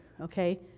okay